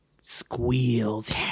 squeals